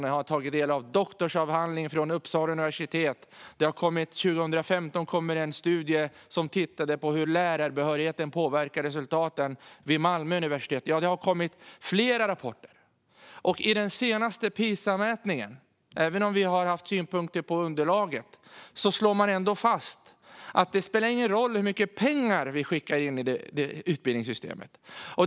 Jag har tagit del av bland annat en doktorsavhandling från Uppsala universitet, och 2015 gjordes en studie vid Malmö universitet som tittade på hur lärarbehörigheten påverkar resultaten. Det har alltså kommit flera rapporter. Vi kan ha synpunkter på underlaget i Pisamätningen, men i den senaste slås det ändå fast att det inte spelar någon roll hur mycket pengar vi skickar in i utbildningssystemet.